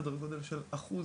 סדר גודל של אחוז,